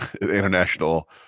international